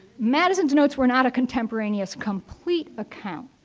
madison's notes were not a contemporaneous complete account.